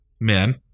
men